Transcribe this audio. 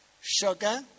sugar